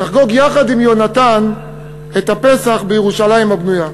נחגוג יחד עם יונתן את הפסח בירושלים הבנויה.